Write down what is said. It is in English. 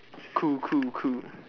cool cool cool